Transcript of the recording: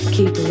Keep